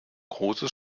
große